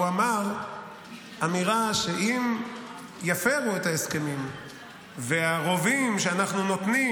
הוא אמר אמירה שאם יפרו את ההסכמים והרובים שאנחנו נותנים,